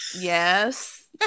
yes